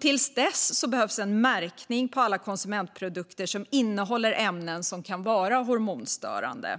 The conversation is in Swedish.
Till dess behövs märkning på alla konsumentprodukter som innehåller ämnen som kan vara hormonstörande.